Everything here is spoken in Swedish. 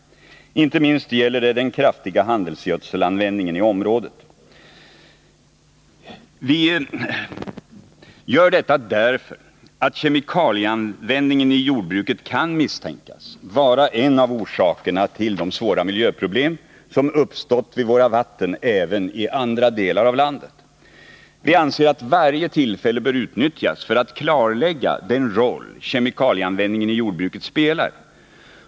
Inte minst gäller det den kraftiga handelsgödselanvändningen i området. Vi har gjort detta därför att kemikalieanvändningen i jordbruket kan misstänkas vara en av orsakerna till de svåra miljöproblem som uppstått vid våra vatten även i andra delar av landet. Vi anser att varje tillfälle bör utnyttjas för att klarlägga den roll kemikalieanvändningen i jordbruket spelar.